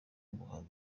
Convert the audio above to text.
umuhanzi